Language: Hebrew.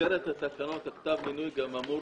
במסגרת התקנות כתב המינוי גם אמור